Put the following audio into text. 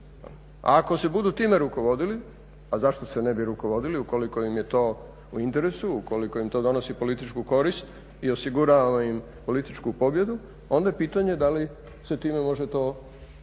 A ako se budu time rukovodili, a zašto se ne bi rukovodili ukoliko im je to u interesu, ukoliko im to donosi političku korist i osigurava im političku pobjedu, onda je pitanje da li se time može to